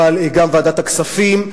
אבל גם ועדת הכספים,